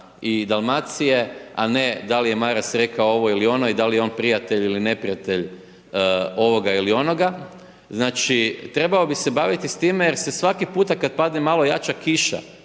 i Dalmacije, a ne da li je Maras rekao ovo ili ono i da li je on prijatelj ili neprijatelj ovoga ili onoga, znači, trebao bi se baviti s time jer se svaki puta kad padne malo jača kiša